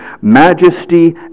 majesty